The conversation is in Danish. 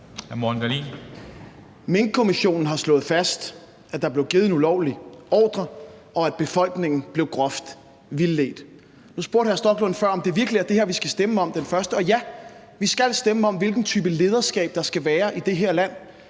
Minkkommissionen har slået fast, at der blev givet en ulovlig ordre, og at befolkningen blev groft vildledt. Nu spurgte hr. Rasmus Stoklund før, om det virkelig er det her, vi skal stemme om den 1. november. Og ja, vi skal stemme om, hvilken type lederskab der skal være i det her land